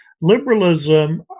liberalism